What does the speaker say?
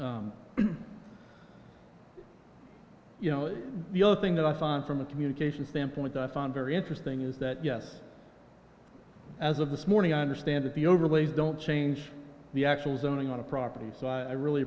point you know the other thing that i signed from a communications standpoint that i found very interesting is that yes as of this morning i understand that the overlays don't change the actual zoning on a property so i really